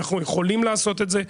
אנחנו יכולים לעשות את זה,